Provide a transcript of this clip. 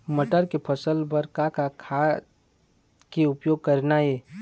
मटर के फसल बर का का खाद के उपयोग करना ये?